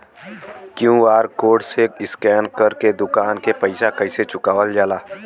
QR code से scan कर के दुकान के पैसा कैसे चुकावल जाला?